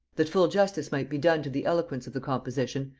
that full justice might be done to the eloquence of the composition,